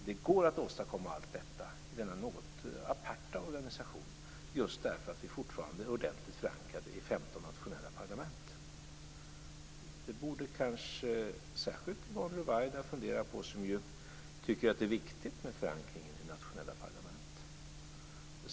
Det går att åstadkomma allt detta i denna något aparta organisation just därför att det fortfarande finns en ordentlig förankring i 15 nationella parlament. Det borde kanske särskilt Yvonne Ruwaida fundera över som tycker att det är viktigt med förankring i nationella parlament.